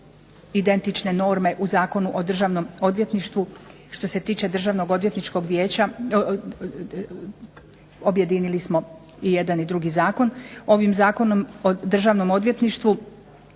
identične norme u Zakonu o Državnom odvjetništvu što se tiče Državnog odvjetništva objedinili smo i jedan i drugi zakon. Ovim Zakonom o Državnom odvjetništvu